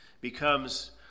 becomes